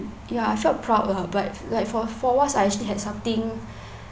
ya I felt proud lah but like for for once I actually had something